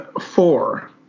four